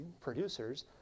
producers